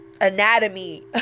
anatomy